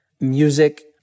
music